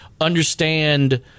understand